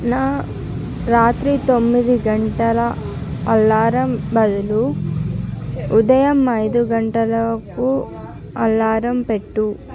నా రాత్రి తొమ్మిది గంటల అలారం బదులు ఉదయం ఐదు గంటలకు అలారం పెట్టు